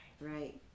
right